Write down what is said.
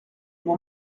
mon